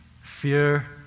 fear